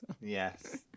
yes